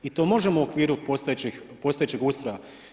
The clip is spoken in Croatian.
I to možemo u okviru postojećeg ustroja.